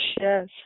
Yes